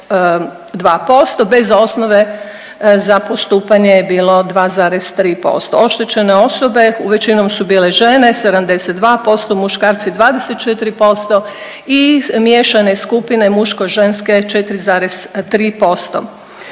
bez osnove za postupanje je bilo 2,3%. Oštećene osobe većinom su bile žene 72%, muškarci 24% i miješane skupine muško-ženske 4,3%.